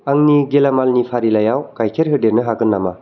आंनि गेलामालनि फारिलाइयाव गाइखेर होदेरनो हागोन नामा